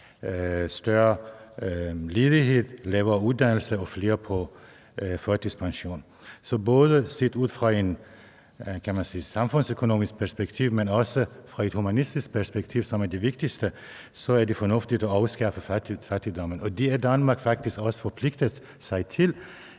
større ledighed, lavere uddannelse og flere på førtidspension. Så både set ud fra et samfundsøkonomisk perspektiv, men også fra et humanistisk perspektiv, som er det vigtigste, er det fornuftigt at afskaffe fattigdommen. Det har Danmark faktisk også forpligtet sig til,